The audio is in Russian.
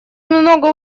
много